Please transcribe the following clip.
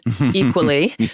equally